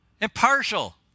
Impartial